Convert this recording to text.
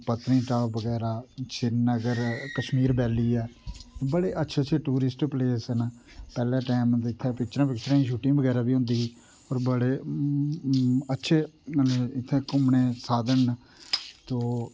पतनीटाप बगैरा श्रीनगर कशमीर वैली ऐ बडे़ अच्छे अच्छे टूरिस्ट पलेस ना पैहले टैंम इत्थै पिक्चरां दी शूंटिंग बगैरा बी होंदी ही पर बडे अच्छे इत्थे घूमने दे साधन ना तो